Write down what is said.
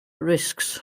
risks